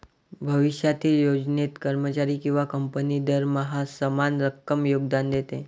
भविष्यातील योजनेत, कर्मचारी किंवा कंपनी दरमहा समान रक्कम योगदान देते